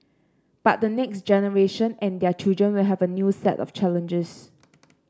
but the next generation and their children will have a new set of challenges